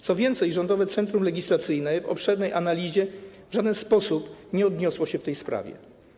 Co więcej, Rządowe Centrum Legislacji w obszernej analizie w żaden sposób nie odniosło się do tej sprawy.